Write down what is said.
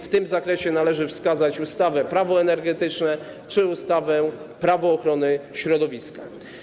W tym zakresie należy wskazać ustawę Prawo energetyczne czy ustawę Prawo ochrony środowiska.